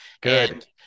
Good